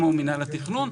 כמו מינהל התכנון,